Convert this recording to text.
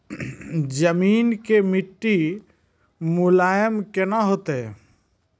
जमीन के मिट्टी मुलायम केना होतै?